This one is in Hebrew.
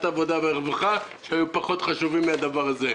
העבודה והרווחה שהיו פחות חשובים מן הדבר הזה.